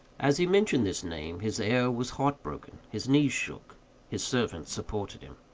as he mentioned this name, his air was heart-broken his knees shook his servant supported him.